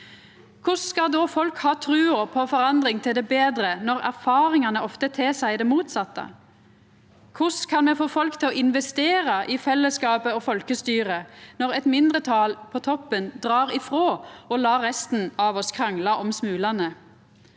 Korleis skal då folk ha trua på forandring til det betre, når erfaringane ofte tilseier det motsette? Korleis kan me få folk til å investera i fellesskapet og folkestyret når eit mindretal på toppen dreg ifrå og lèt resten av oss krangla om smulane?